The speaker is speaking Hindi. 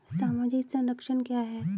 सामाजिक संरक्षण क्या है?